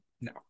No